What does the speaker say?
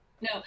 No